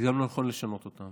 ואני גם לא יכול לשנות אותם.